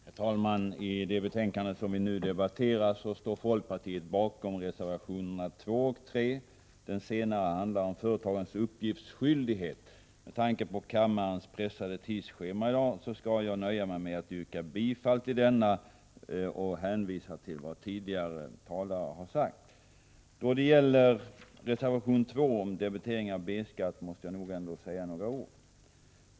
Herr talman! I det betänkande som vi nu debatterar står folkpartiet bakom reservationerna 2 och 3. Den senare handlar om företagens uppgiftsskyldighet. Med tanke på kammarens pressade tidsschema i dag skall jag nöja mig med att yrka bifall till reservationen och hänvisa till vad tidigare talare har sagt. Då det gäller reservation 2, som handlar om debitering av B-skatt, måste jag ändå säga några ord.